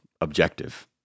objective